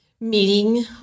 meeting